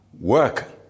work